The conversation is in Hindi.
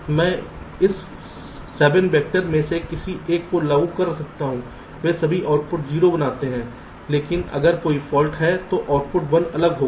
तो मैं इस 7 वैक्टर में से किसी एक को लागू कर सकता हूं वे सभी आउटपुट 0 बनाते हैं लेकिन अगर कोई फॉल्ट है तो आउटपुट 1 अलग होगा